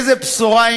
איזו בשורה,